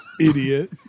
Idiot